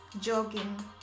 jogging